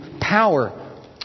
power